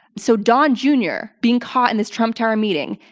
so, don, jr, being caught in this trump tower meeting,